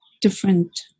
different